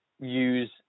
use